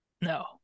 No